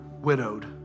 widowed